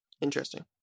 Interesting